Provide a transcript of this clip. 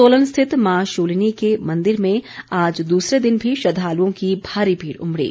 सोलन स्थित मां शूलिनी के मंदिर में आज दूसरे दिन भी श्रद्वालुओं की भारी भीड़ उमड़ी